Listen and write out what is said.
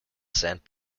sent